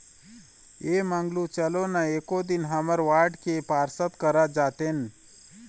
ऐ मंगलू चलो ना एको दिन हमर वार्ड के पार्षद करा जातेन